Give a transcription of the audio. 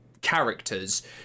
characters